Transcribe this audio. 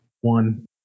one